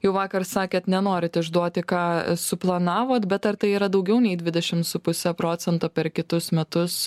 jau vakar sakėt nenorit išduoti ką suplanavot bet ar tai yra daugiau nei dvidešim su puse procento per kitus metus